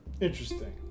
interesting